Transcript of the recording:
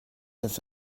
das